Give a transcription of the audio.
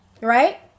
right